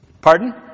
Pardon